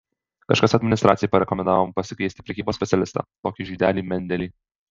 kažkas administracijai parekomendavo pasikviesti prekybos specialistą tokį žydelį mendelį